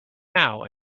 now